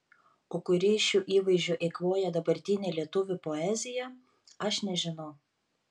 o kurį iš šių įvaizdžių eikvoja dabartinė lietuvių poezija aš nežinau